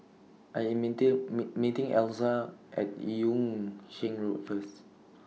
I Am meeting meeting Elza At Yung Sheng Road First